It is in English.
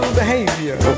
behavior